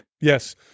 Yes